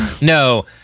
no